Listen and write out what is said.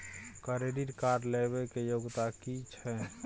Credit card लेबै के योग्यता कि छै?